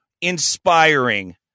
inspiring